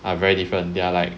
are very different they are like